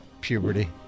Puberty